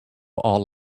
all